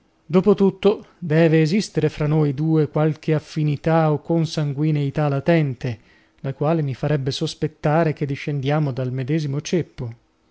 dopo tutto deve esistere fra noi due qualche affinità o consanguineità latente la quale mi farebbe sospettare che discendiamo dal medesimo ceppo